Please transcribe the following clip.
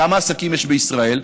כמה עסקים יש בישראל?